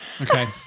Okay